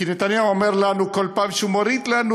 כי נתניהו אומר לנו כל פעם שהוא מוריד לנו